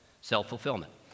self-fulfillment